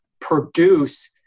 produce